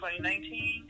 2019